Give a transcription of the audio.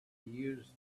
use